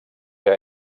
que